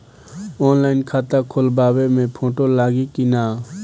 Online खाता खोलबाबे मे फोटो लागि कि ना?